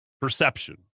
perception